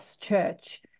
Church